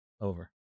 Over